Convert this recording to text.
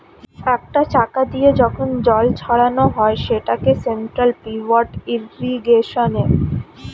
একটা চাকা দিয়ে যখন জল ছড়ানো হয় সেটাকে সেন্ট্রাল পিভট ইর্রিগেশনে